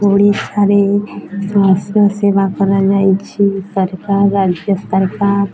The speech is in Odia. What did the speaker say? ଓଡ଼ିଶାରେ ସ୍ୱାସ୍ଥ୍ୟ ସେବା କରାଯାଇଛି ସରକାର ରାଜ୍ୟ ସରକାର